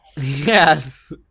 yes